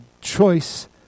choice